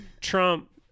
Trump